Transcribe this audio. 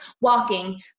walking